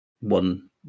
one